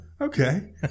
Okay